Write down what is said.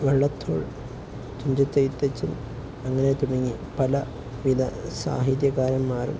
വള്ളത്തോൾ തുഞ്ചത്ത് എഴുത്തച്ഛൻ അങ്ങനെ തുടങ്ങി പലവിധ സാഹിത്യകാരന്മാരും